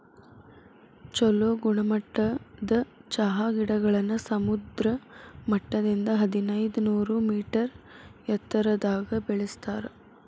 ಚೊಲೋ ಗುಣಮಟ್ಟದ ಚಹಾ ಗಿಡಗಳನ್ನ ಸಮುದ್ರ ಮಟ್ಟದಿಂದ ಹದಿನೈದನೂರ ಮೇಟರ್ ಎತ್ತರದಾಗ ಬೆಳೆಸ್ತಾರ